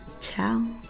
Ciao